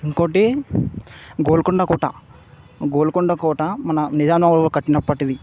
ఇంకోటి గోల్కొండ కోట గోల్కొండ కోట మన నిజామ్ నవాబు కట్టినప్పటిది